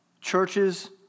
churches